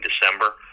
December